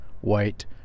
white